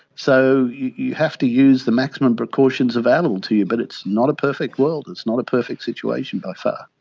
so you have to use the maximum precautions available to you but it's not a perfect world, it's not a perfect situation by far.